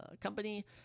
company